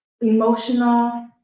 emotional